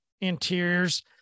interiors